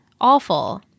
Awful